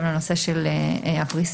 גם לנושא של הפריסה.